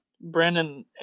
Brandon